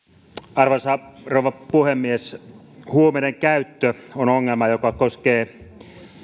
arvoisa rouva puhemies huumeiden käyttö on ongelma joka koskee